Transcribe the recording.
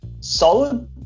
solid